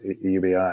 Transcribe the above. UBI